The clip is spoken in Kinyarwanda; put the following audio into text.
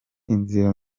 inzira